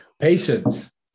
Patience